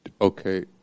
Okay